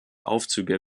aufzüge